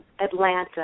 Atlanta